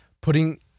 putting